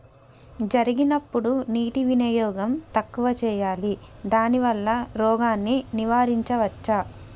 జరిగినప్పుడు నీటి వినియోగం తక్కువ చేయాలి దానివల్ల రోగాన్ని నివారించవచ్చా?